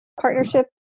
partnership